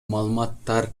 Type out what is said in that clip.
маалыматтар